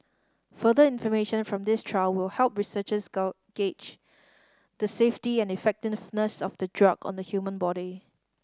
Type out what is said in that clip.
further information from this trial will help researchers gull gauge the safety and effectiveness of the drug on the human body